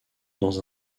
dans